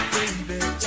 Baby